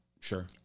Sure